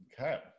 Okay